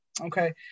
okay